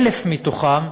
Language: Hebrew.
1,000 מתוכם,